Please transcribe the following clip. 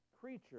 creature